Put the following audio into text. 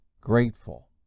grateful